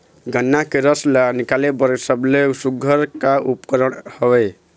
गन्ना के रस ला निकाले बर सबले सुघ्घर का उपकरण हवए?